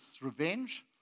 revenge